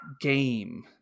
game